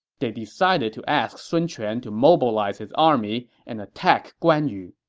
they decided to ask sun quan to mobilize his army and attack guan yu